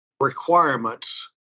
requirements